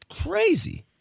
crazy